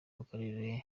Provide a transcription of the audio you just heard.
w’akarere